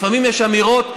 לפעמים יש אמירות שאומרים: